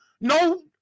no